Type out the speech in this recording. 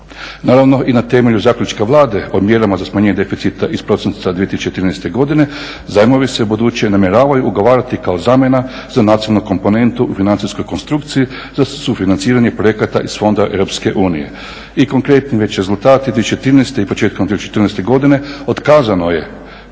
Naravno i na temelju zaključka Vlade o mjerama za smanjenje deficita iz prosinca 2013. godine zajmovi se ubuduće namjeravaju ugovarati kao zamjena za nacionalu komponentu financijskoj konstrukciji za sufinanciranje projekata iz Fonda Europske unije. I konkretni već rezultati 2013. i početkom 2014. godine otkazano je